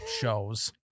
shows